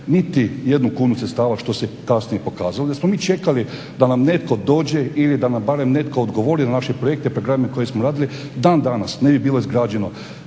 niti jednu kunu sredstava što se kasnije pokazalo. Da smo mi čekali da nam netko dođe ili da nam barem netko odgovori na naše projekte i programe koje smo radili dan-danas ne bi bilo izgrađeno